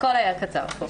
הכול היה קצר פה.